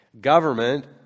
Government